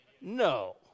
No